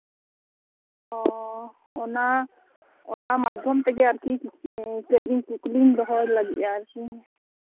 ᱚᱱᱟ ᱢᱟᱫᱽᱫᱷᱚᱢ ᱛᱮᱜᱮ ᱟᱨᱠᱤ ᱪᱮᱫ ᱪᱤᱠᱤ ᱠᱩᱠᱞᱤᱧ ᱫᱚᱦᱚᱭ ᱞᱟᱹᱜᱤᱫ ᱟᱨᱠᱤ